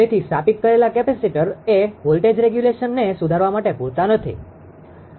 તેથી સ્થાપીત કરેલા કેપેસિટર એ વોલ્ટેજ રેગ્યુલેશનvoltage regulationવિદ્યુતસ્થિતિમાન નિયમનને સુધારવા માટે પૂરતા નથી